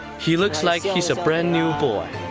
he looks like he is a brand new boy.